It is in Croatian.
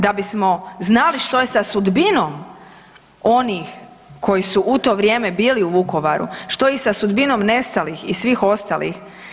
Da bismo znali što je sa sudbinom onih koji su u to vrijeme bili u Vukovaru, što je sa sudbinom nestalih i svih ostalih.